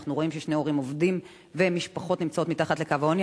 אנחנו רואים ששני הורים עובדים ומשפחות נמצאות מתחת לקו העוני.